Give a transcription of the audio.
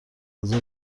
غذا